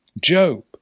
Job